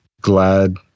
glad